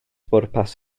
bwrpas